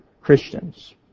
Christians